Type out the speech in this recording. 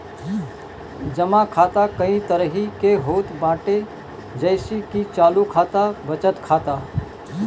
जमा खाता कई तरही के होत बाटे जइसे की चालू खाता, बचत खाता